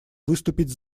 выступить